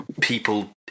people